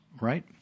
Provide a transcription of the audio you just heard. right